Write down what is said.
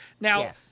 Now